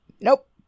Nope